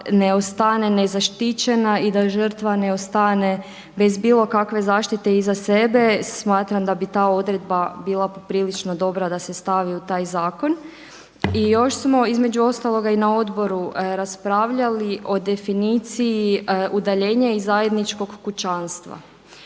ne ostane nezaštićena i da žrtva ne ostane bez bilo kakve zaštite iza sebe smatram da bi ta odredba bila poprilično dobra da se stavi u taj zakon. I još smo između ostaloga i na odboru raspravljali o definiciji udaljenja i zajedničkog kućanstva.